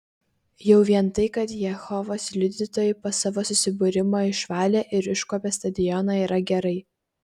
jau vien tai kad jehovos liudytojai po savo susibūrimo išvalė ir iškuopė stadioną yra gerai